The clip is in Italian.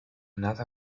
nata